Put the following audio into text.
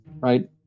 right